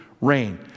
rain